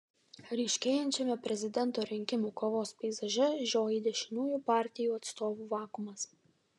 ryškėjančiame prezidento rinkimų kovos peizaže žioji dešiniųjų partijų atstovų vakuumas